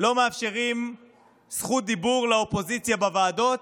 לא מאפשרים זכות דיבור לאופוזיציה בוועדות,